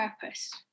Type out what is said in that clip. purpose